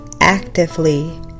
actively